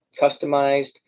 customized